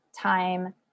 time